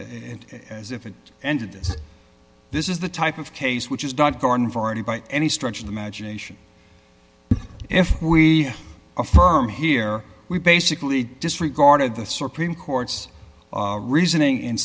it as if it ended this this is the type of case which is not garden variety by any stretch of imagination if we affirm here we basically disregarded the supreme court's reasoning in